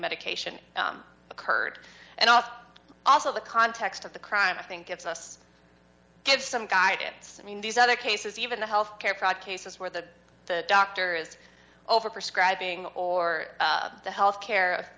medication occurred and often also the context of the crime i think gives us give some guidance i mean these other cases even the health care fraud cases where the the doctor is overprescribing or the health care